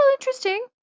interesting